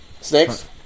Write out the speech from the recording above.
Snakes